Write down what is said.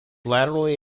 laterally